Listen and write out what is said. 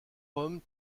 hommes